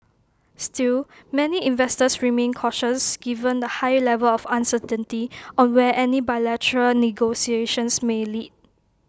still many investors remained cautious given the high level of uncertainty on where any bilateral negotiations may lead